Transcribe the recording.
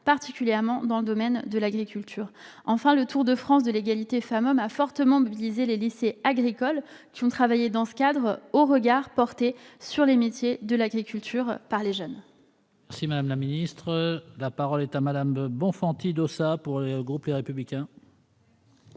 particulièrement dans le domaine de l'agriculture. Enfin, le Tour de France de l'égalité entre les femmes et les hommes a fortement mobilisé les lycées agricoles, qui ont travaillé dans ce cadre au regard porté sur les métiers de l'agriculture par les jeunes. La parole est à Mme Christine Bonfanti-Dossat, pour le groupe Les Républicains.